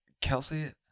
Kelsey